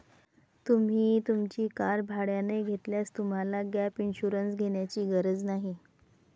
तुम्ही तुमची कार भाड्याने घेतल्यास तुम्हाला गॅप इन्शुरन्स घेण्याची गरज नाही